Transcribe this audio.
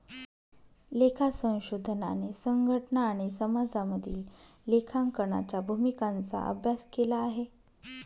लेखा संशोधनाने संघटना आणि समाजामधील लेखांकनाच्या भूमिकांचा अभ्यास केला आहे